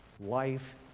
life